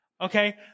Okay